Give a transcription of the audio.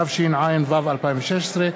התשע"ו 2016,